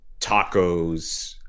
tacos